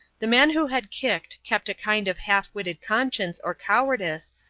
the man who had kicked kept a kind of half-witted conscience or cowardice,